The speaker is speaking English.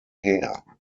hair